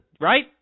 right